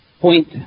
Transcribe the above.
point